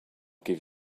give